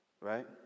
Right